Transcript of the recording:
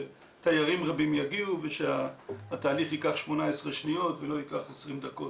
ושתיירים רבים יגיעו ושהתהליך ייקח 18 שניות ולא ייקח 20 דקות.